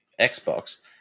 Xbox